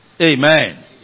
Amen